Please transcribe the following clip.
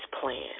plan